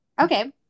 Okay